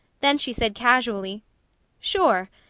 then she said casually sure!